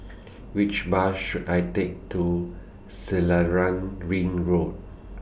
Which Bus should I Take to Selarang Ring Road